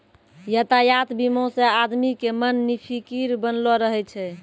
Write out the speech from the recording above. यातायात बीमा से आदमी के मन निफिकीर बनलो रहै छै